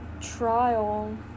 trial